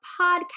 Podcast